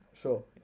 sure